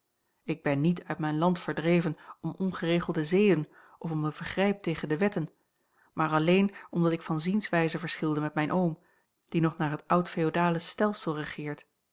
ik ben niet uit mijn land verdreven om ongeregelde zeden of om een vergrijp tegen de wetten maar alleen omdat ik van zienswijze verschilde met mijn oom die nog naar het oud feodale stelsel regeert